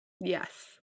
Yes